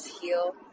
heal